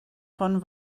von